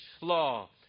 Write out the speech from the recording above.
law